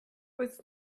was